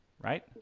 right